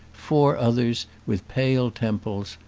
four others, with pale temples,